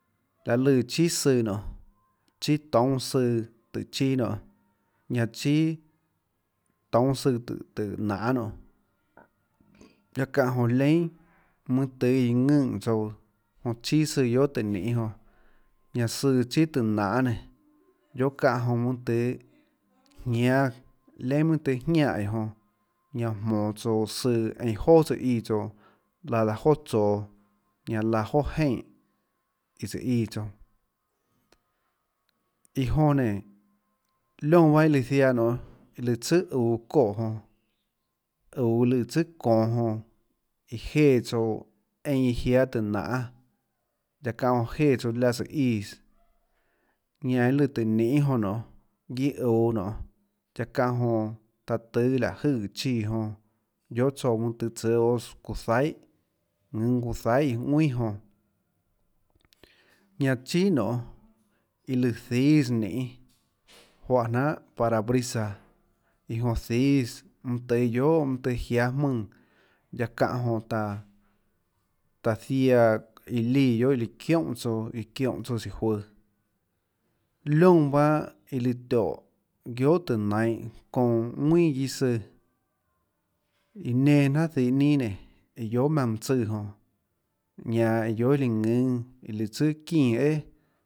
Laê lùã chíà søã nionê chíà toúnâ søã tùhå chiâ nionê ñanã chíà toúnâ søã tùhå tùhå nanê nonê guiaâ çáhã jonã leínà mønâ tøê iã ðønè tsouã jonã chíà søã guiohà tùhå ninê jonã ñanã søã chíà tùhå nanê nénå guiohà çánhã jonã mønâ tøê jñáâ leínà mønâ tøê jñaè iã jonã ñanã uã jmoå tsouã søã einã joà tsøã íã tsouã laã daã joà tsoå ñanã laã joà jeinè iã tsùå íã tsouã iã jonã nénå liónã pahâ iã líã ziaã nonê iã lùã tsùà uå çoè jonã uå iã lùã tsùà çonå jonã iã jéã tsouã einã jiáâ tùhå nanê guiaâ çáhã jonã jéã tsouã láhã tsùå íãs ñanã iâ lùã tùhå ninê jonã nionê guiâ uå nionê guiaâ çáhã jonã taã tùâ liáhå jøè chíã jonã guiohà tsouã mønâ tùhå tsùâs çuuã zaihàðùnâ çuuã zaihà ðuinà jonã ñanã chíà nionê iã lùã zíâs ninê juáhã jnanhà parabrisa iã jonã zíâs mønã tùhê guiohà mønã tùhê jiáâ jmùnã guiaâ çáhã jonã taã ziaã iã liã líã çióhà tsouã iã çióhå chíå juøå lióã bahâ iã lùã tióhå guiohà tùhå nainhå çounã ðuinà guiâ søã iã nenã jnánhà dihå ninâ nénå iã guiohà maùnã mønã tsùã jonã ñanã guiohà iã lùã ðùnâ iã lùã tsùà çínã æà.